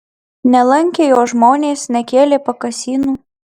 nelankė jo žmonės nekėlė pakasynų